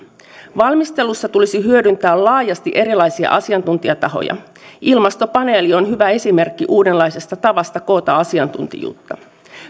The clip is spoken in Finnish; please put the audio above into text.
valmistelussa tulisi hyödyntää laajasti erilaisia asiantuntijatahoja ilmastopaneeli on hyvä esimerkki uudenlaisesta tavasta koota asiantuntijuutta